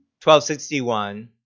1261